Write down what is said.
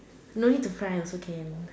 no need to file also can